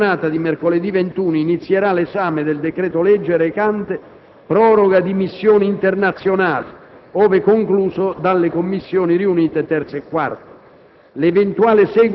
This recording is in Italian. Nella stessa giornata di mercoledì 21 inizierà l'esame del decreto-legge recante proroga di missioni internazionali, ove concluso dalle Commissioni riunite 3a e 4a.